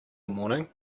morning